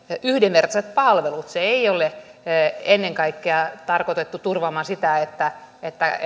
yhdenvertaiset palvelut sitä ei ole tarkoitettu ennen kaikkea turvaamaan sitä että